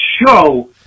show